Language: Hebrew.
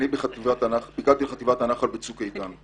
אני הובלתי את חטיבת הנח"ל בצוק איתן.